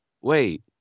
Wait